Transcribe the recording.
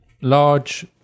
large